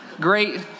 Great